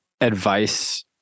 advice